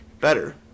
better